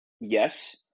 Yes